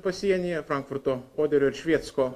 pasienyje frankfurto oderio ir šviecko